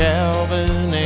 Calvin